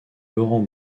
laurent